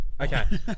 Okay